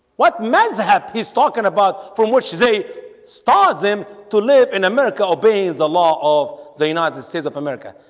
what mess ah have he's talking about from which they start them to live in america obeying the law of the united states of america.